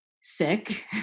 sick